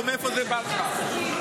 חושב,